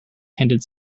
handed